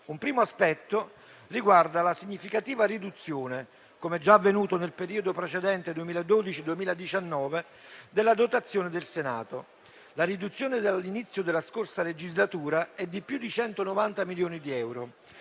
un primo aspetto riguarda la significativa riduzione, come già avvenuto nel periodo precedente 2012-2019, della dotazione del Senato. La riduzione dall'inizio della scorsa legislatura è di oltre 190 milioni di euro.